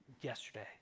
yesterday